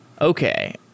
Okay